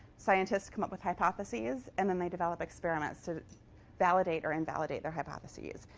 scientists come up with hypotheses, and then they develop experiments to validate or invalidate their hypotheses.